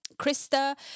krista